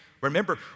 Remember